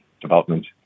development